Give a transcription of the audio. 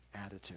attitude